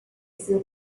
some